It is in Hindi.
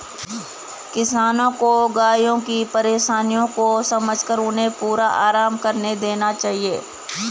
किसानों को गायों की परेशानियों को समझकर उन्हें पूरा आराम करने देना चाहिए